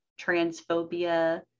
transphobia